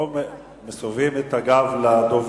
לא מסובבים את הגב לדובר.